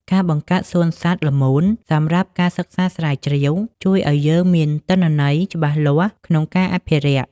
ការបង្កើតសួនសត្វល្មូនសម្រាប់ការសិក្សាស្រាវជ្រាវ ជួយឱ្យយើងមានទិន្នន័យច្បាស់លាស់ក្នុងការអភិរក្ស។